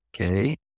okay